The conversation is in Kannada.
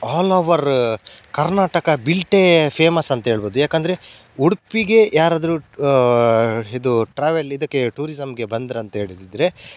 ಆಲ್ ಓವರು ಕರ್ನಾಟಕ ಬಿಲ್ಟೇ ಫೇಮಸ್ ಅಂತ ಹೇಳ್ಬೋದು ಏಕಂದ್ರೆ ಉಡುಪಿಗೆ ಯಾರಾದರು ಇದು ಟ್ರಾವೆಲ್ ಇದಕ್ಕೆ ಟೂರಿಸಮ್ಗೆ ಬಂದ್ರು ಅಂತೇಳಿದಿದ್ದರೆ